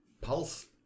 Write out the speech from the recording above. pulse